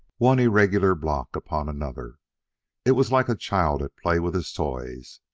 one irregular block upon another it was like a child at play with his toys.